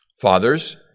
Fathers